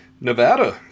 Nevada